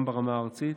גם ברמה הארצית.